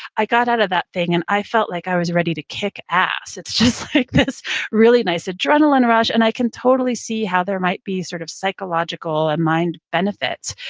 i got out of that thing, and i felt like i was ready to kick ass. it's just this really nice adrenaline rush. and i can totally see how there might be sort of psychological and mind benefits,